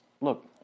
Look